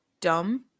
dumb